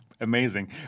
amazing